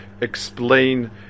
explain